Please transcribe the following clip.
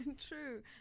true